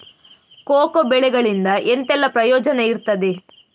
Cocoa ಬೆಳೆಗಳಿಂದ ಎಂತೆಲ್ಲ ಪ್ರಯೋಜನ ಇರ್ತದೆ?